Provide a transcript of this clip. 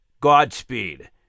Godspeed